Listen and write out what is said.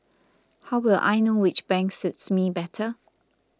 how will I know which bank suits me better